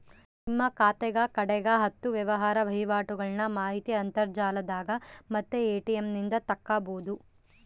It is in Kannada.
ನಿಮ್ಮ ಖಾತೆಗ ಕಡೆಗ ಹತ್ತು ವ್ಯವಹಾರ ವಹಿವಾಟುಗಳ್ನ ಮಾಹಿತಿ ಅಂತರ್ಜಾಲದಾಗ ಮತ್ತೆ ಎ.ಟಿ.ಎಂ ನಿಂದ ತಕ್ಕಬೊದು